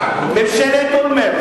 ממשלת אולמרט,